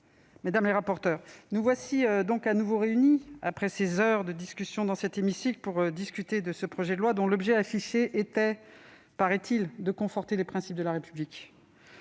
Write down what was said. mes chers collègues, nous voici à nouveau réunis, après des heures de débat dans cet hémicycle, pour discuter de ce projet de loi, dont l'objet affiché était, paraît-il, de conforter les principes de la République.